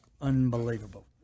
unbelievable